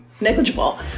negligible